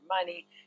money